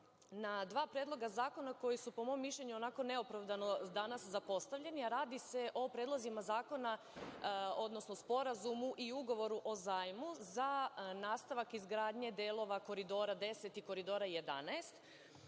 na dva Predloga zakona koji su po mom mišljenju onako neopravdano danas zapostavljeni. Naime, radi se o Predlozima zakona, odnosno Sporazumu i Ugovoru o zajmu za nastavak izgradnje delova Koridora 10 i Koridora 11.